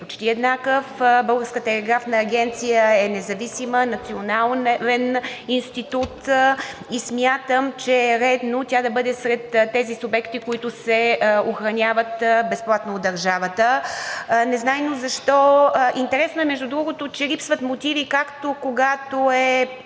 почти еднакъв. Българската телеграфна агенция е независим национален институт и смятам, че е редно тя да бъде сред тези субекти, които се охраняват безплатно от държавата. Незнайно защо... Интересно е, между другото, че липсват мотиви, както когато е